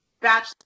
bachelor